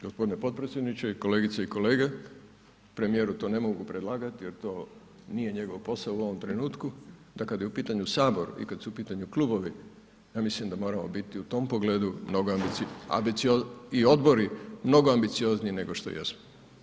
Ako smijem reći, g. potpredsjedniče i kolegice i kolege, premijeru to ne mogu predlagati jer to nije njegov posao u ovom trenutku, da kad je u pitanju Sabor i kad su u pitanju klubovi, ja mislim da moramo biti u tom pogledu mnogo, i odbori, mnogo ambiciozniji nego što jesmo.